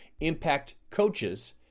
Impactcoaches